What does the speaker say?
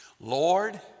Lord